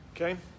Okay